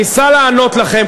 ניסה לענות לכם,